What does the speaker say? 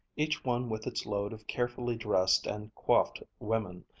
each one with its load of carefully dressed and coiffed women,